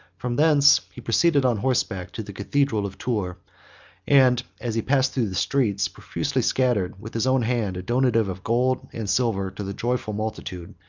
from thence he proceeded on horseback to the cathedral of tours and, as he passed through the streets, profusely scattered, with his own hand, a donative of gold and silver to the joyful multitude,